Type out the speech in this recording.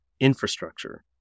infrastructure